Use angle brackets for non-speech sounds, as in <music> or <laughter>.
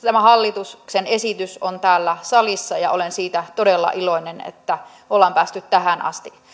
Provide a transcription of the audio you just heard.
<unintelligible> tämä hallituksen esitys on täällä salissa ja olen siitä todella iloinen että ollaan päästy tähän asti